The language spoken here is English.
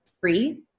free